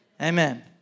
Amen